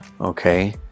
Okay